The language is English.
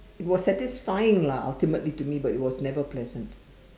it was satisfying lah ultimately to me but it was never pleasant